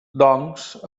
doncs